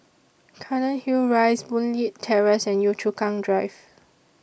Cairnhill Rise Boon Leat Terrace and Yio Chu Kang Drive